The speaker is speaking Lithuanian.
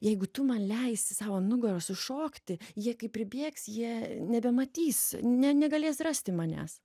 jeigu tu man leisi sau an nugaros užšokti jie kaip pribėgs jei nebematys ne negalės rasti manęs